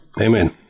Amen